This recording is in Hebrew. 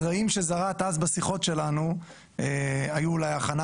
הזרעים שזרעת אז בשיחות שלנו היו אולי הכנה